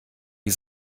die